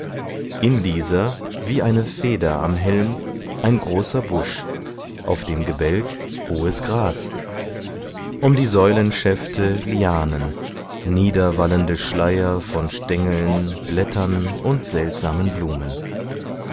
in dieser wie eine feder am helm ein großer busch auf dem gebälk hohes gras um die säulenschäfte lianen niederwallende schleier von stengeln blättern und seltsamen blumen